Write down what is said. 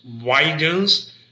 widens